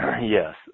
Yes